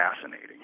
fascinating